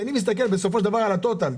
אני מסתכל על הטוטאל.